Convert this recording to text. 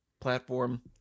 platform